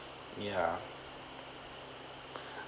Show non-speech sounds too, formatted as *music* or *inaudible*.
yeah *breath*